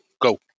Go